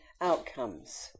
outcomes